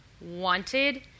wanted